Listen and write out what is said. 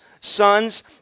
sons